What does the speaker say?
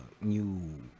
new